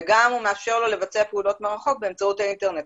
והוא גם מאפשר לו לבצע פעולות מרחוק באמצעות האינטרנט.